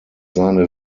seine